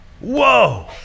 whoa